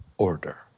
order